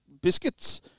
biscuits